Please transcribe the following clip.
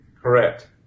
Correct